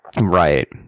right